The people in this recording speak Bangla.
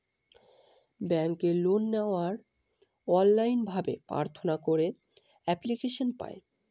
ব্যাঙ্কে লোন নেওয়ার অনলাইন ভাবে প্রার্থনা করে এপ্লিকেশন পায়